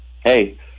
hey